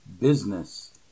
business